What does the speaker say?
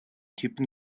typen